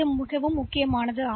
ஆனால் இது மிகவும் முக்கியமானது